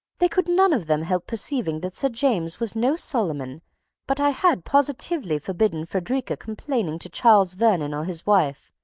they could none of them help perceiving that sir james was no solomon but i had positively forbidden frederica complaining to charles vernon or his wife,